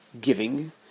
giving